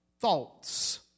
thoughts